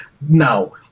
Now